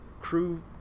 crew